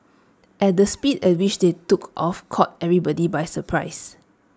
at the speed at which they took off caught everybody by surprise